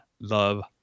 love